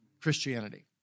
Christianity